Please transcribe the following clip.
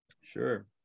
Sure